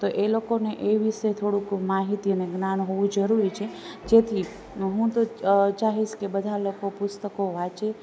તો એ લોકોને એ વિષે થોડુંક માહિતી અને જ્ઞાન હોવું જરૂરી છે જેથી હું તો ચાહીશ કે બધા લોકો પુસ્તકો વાંચે